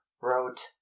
wrote